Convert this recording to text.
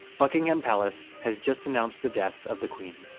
buckingham palace has just announced the death of the queen.